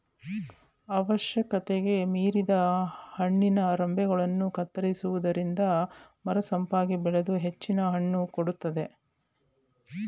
ಅವಶ್ಯಕತೆಗೆ ಮೀರಿದ ಹಣ್ಣಿನ ರಂಬೆಗಳನ್ನು ಕತ್ತರಿಸುವುದರಿಂದ ಮರ ಸೊಂಪಾಗಿ ಬೆಳೆದು ಹೆಚ್ಚಿನ ಹಣ್ಣು ಕೊಡುತ್ತದೆ